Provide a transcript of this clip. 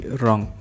wrong